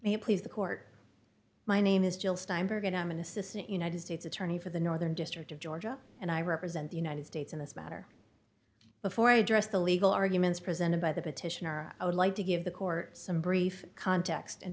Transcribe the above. may please the court my name is jill steinberg and i'm an assistant united states attorney for the northern district of georgia and i represent the united states in this matter before i address the legal arguments presented by the petitioner i would like to give the court some brief context in